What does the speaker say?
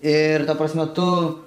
ir ta prasme tu